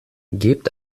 gebt